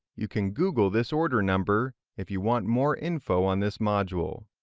you can google this order number if you want more info on this module.